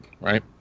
right